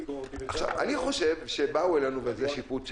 אני חושב שבאו אלינו, וזה שיפוט שלי,